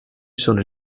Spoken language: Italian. sono